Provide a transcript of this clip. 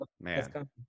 man